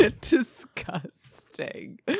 disgusting